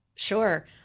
Sure